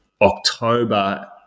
october